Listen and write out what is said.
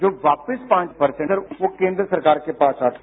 जो वापस पांच पर्सेट है वो केन्द्र सरकार के पास आता है